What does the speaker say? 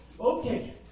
okay